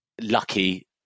lucky